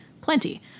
Plenty